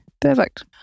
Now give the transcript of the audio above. Perfect